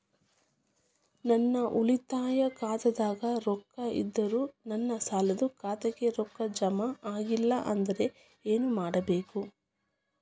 ನನ್ನ ಉಳಿತಾಯ ಖಾತಾದಾಗ ರೊಕ್ಕ ಇದ್ದರೂ ನನ್ನ ಸಾಲದು ಖಾತೆಕ್ಕ ರೊಕ್ಕ ಜಮ ಆಗ್ಲಿಲ್ಲ ಅಂದ್ರ ಏನು ಮಾಡಬೇಕು?